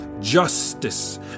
justice